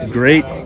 great